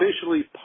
officially